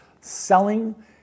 Selling